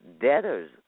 debtors